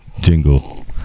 jingle